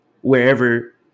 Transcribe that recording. wherever